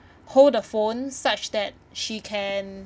hold the phone such that she can